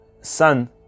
sun